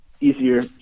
easier